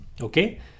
okay